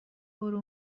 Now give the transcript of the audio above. برو